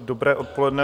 Dobré odpoledne.